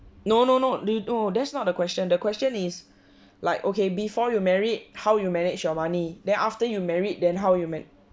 no no no the no that's not the question the question is like okay before you married how you manage your money then after you married than how you make